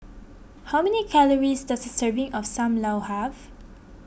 how many calories does a serving of Sam Lau have